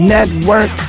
Network